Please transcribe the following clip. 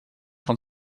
van